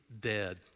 dead